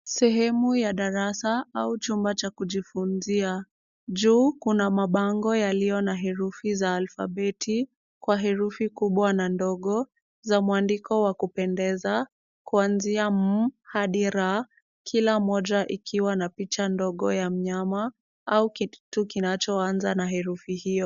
Sehemu ya darasa au chumba cha kujifunzia, juu kuna mabango yaliyo na herufi za alfabeti kwa herufi kubwa na ndogo za mwandiko wa kupendeza kuanzia m hadi r kila moja ikiwa na picha ndogo ya mnyama au kitu kinachoanza na herufi hiyo.